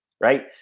right